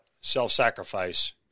self-sacrifice